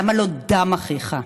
למה לא "דם אחיך"?